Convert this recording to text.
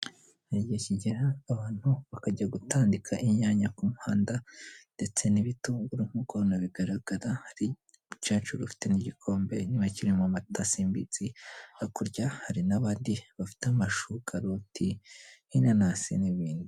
Hari igihe kigera abantu bakajya gutandika inyanya ku muhanda ndetse n'ibitunguru nk'uko hano bigaragara, hari umukecuru ufite n'igikombe niba kirimo amata simbizi, hakurya hari n'abandi bafite amashu, karoti, inanasi n'ibindi.